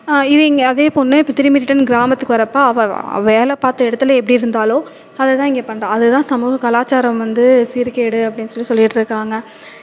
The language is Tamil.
இது இங்கே அதே பொண்ணே திரும்பி ரிட்டன் கிராமத்துக்கு வரப்போ அவள் வேலை பார்த்த இடத்துல எப்படி இருந்தாலோ அதை தான் இங்கே பண்றாள் அது தான் சமூக கலாச்சாரம் வந்து சீர்கேடு அப்படினு சொல்லி சொல்லிகிட்டுருக்காங்க